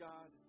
God